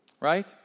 right